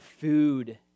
food